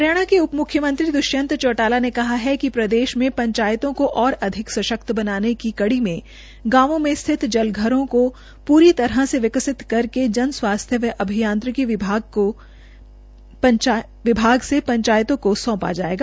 हरियाणा के उपम्ख्यमंत्री दृष्यन्त चौटाला ने कहा है कि प्रदेश में पंचायतों को और अधिक सशक्त बनाने की कड़ी में गांवों में स्थित जलघरों को पूरी तरह से विकसित करके जनस्वास्थ्य एवं अभियांत्रिकी विभाग से पंचायतों को सौंपा जाएगा